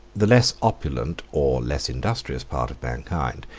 the less opulent or less industrious part of mankind,